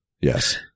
yes